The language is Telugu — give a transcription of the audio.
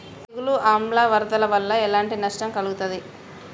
తెగులు ఆమ్ల వరదల వల్ల ఎలాంటి నష్టం కలుగుతది?